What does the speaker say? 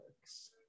works